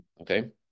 Okay